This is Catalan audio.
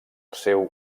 seu